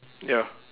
ya